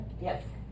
Yes